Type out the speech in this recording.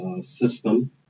system